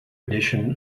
edition